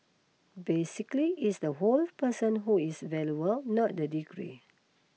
basically it's the whole person who is valuable not the degree